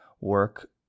work